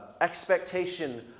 expectation